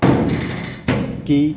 कि